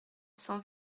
cent